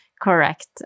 correct